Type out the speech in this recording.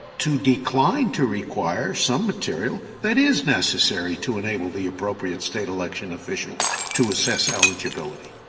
to decline to require some materials that is necessary to enable the appropriate state election official to assess eligibility?